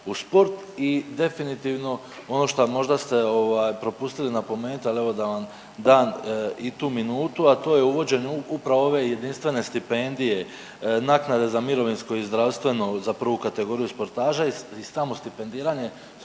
u sport. I definitivno ono što možda ste propustili napomenuti, ali evo da vam dam i tu minutu, a to je uvođenje upravo ove jedinstvene stipendije, naknade za mirovinsko i zdravstveno za prvi kategoriju sportaša i samo stipendiranje